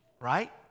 right